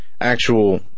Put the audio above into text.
actual